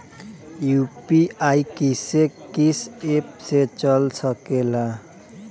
UPI किस्से कीस app से चल सकेला?